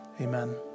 Amen